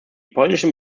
polnischen